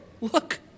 Look